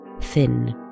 thin